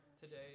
today